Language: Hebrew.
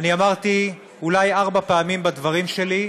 אני אמרתי אולי ארבע פעמים בדברים שלי,